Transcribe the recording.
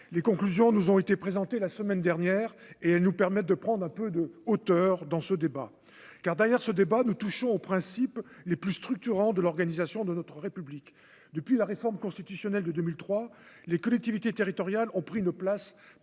les conclusions nous ont été présentés la semaine dernière et elle nous permettent de prendre un peu de hauteur dans ce débat, car derrière ce débat, nous touchons aux principes les plus structurant de l'organisation de notre République depuis la réforme constitutionnelle de 2003 les collectivités territoriales ont pris une place prépondérante